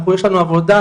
יש לנו עבודה,